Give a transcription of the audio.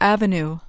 Avenue